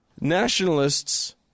nationalists